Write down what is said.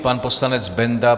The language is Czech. Pan poslanec Benda.